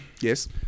Yes